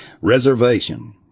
reservation